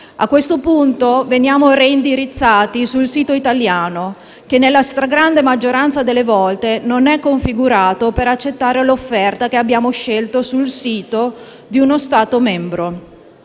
A questo punto veniamo reindirizzati sul sito italiano che, nella stragrande maggioranza delle volte, non è configurato per accettare l'offerta che abbiamo scelto sul sito di uno Stato membro.